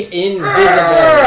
invisible